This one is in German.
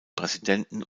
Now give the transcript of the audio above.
präsidenten